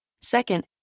Second